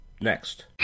Next